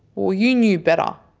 well, you knew better.